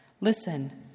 Listen